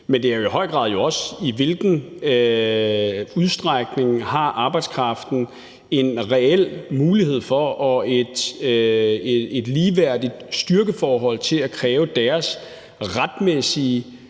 men det er jo i høj grad også, i hvilken udstrækning arbejdskraften har en reel mulighed for og et ligeværdigt styrkeforhold til at kræve deres retmæssige